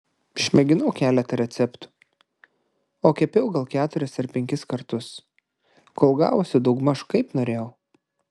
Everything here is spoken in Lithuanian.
išmėginau keletą receptų o kepiau gal keturis ar penkis kartus kol gavosi daugmaž kaip norėjau